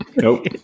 Nope